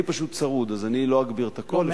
אני פשוט צרוד, אז אני לא אגביר את הקול.